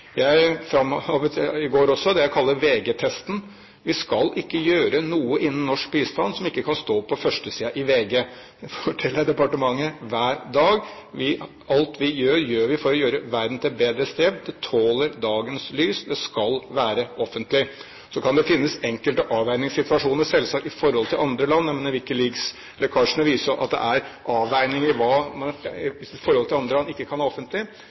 i går også det jeg kaller VG-testen: Vi skal ikke gjøre noe innen norsk bistand som ikke kan stå på førstesiden i VG. Det forteller jeg departementet hver dag. Alt vi gjør, gjør vi for å gjøre verden til et bedre sted. Det tåler dagens lys. Det skal være offentlig. Så kan det selvsagt finnes enkelte avveiningssituasjoner når det gjelder andre land. WikiLeaks-lekkasjene viser at det er avveininger når det gjelder andre land med hensyn til forhold som ikke kan